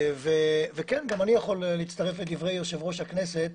וכן, גם אני יכול להצטרף לדברי יושב-ראש הכנסת